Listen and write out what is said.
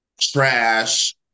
trash